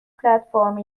platforms